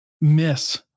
miss